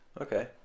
Okay